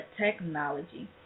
Technology